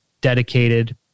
dedicated